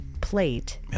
plate